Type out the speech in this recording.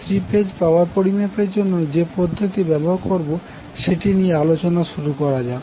three phase power পরিমাপের জন্য যে পদ্ধতি ব্যবহার করবো সেটি নিয়ে আলোচনা শুরু করা যাক